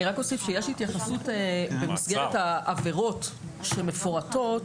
אני רק אוסיף שיש התייחסות במסגרת העבירות שמפורטות,